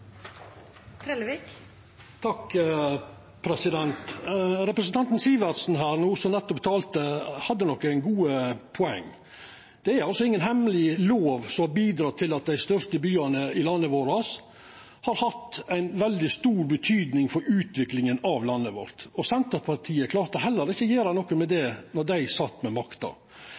ingen hemmeleg lov som har bidrege til at dei største byane har hatt veldig stor betyding for utviklinga av landet vårt. Senterpartiet klarte heller ikkje å gjera noko med det då dei sat med makta.